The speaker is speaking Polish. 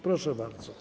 Proszę bardzo.